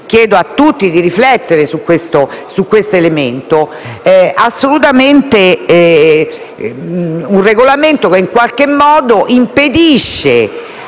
Grazie,